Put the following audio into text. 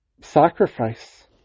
sacrifice